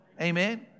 Amen